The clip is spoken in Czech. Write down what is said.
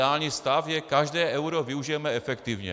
Ideální stav je každé euro využijeme efektivně.